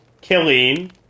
Killing